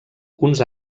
uns